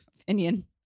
opinion